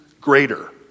greater